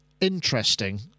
interesting